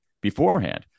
beforehand